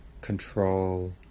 control